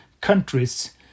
countries